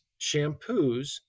shampoos